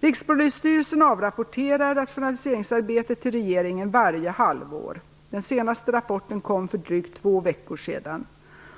Rikspolisstyrelsen avrapporterar rationaliseringsarbetet till regeringen varje halvår, och den senaste rapporten kom för drygt två veckor sedan.